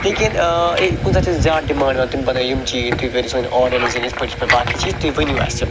لیکِن ٲں کُنہِ ساتہِ چھِ اسہِ زیادٕ ڈِمانٛڈ یِوان تِم بنٲیو یِم چیٖز تُہۍ کرِو سا وۄنۍ یتھ پٲٹھۍ یتھ پٲٹھۍ باقٕے چیٖز تُہۍ ؤنِو اسہِ